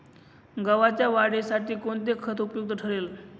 गव्हाच्या वाढीसाठी कोणते खत उपयुक्त ठरेल?